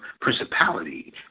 principality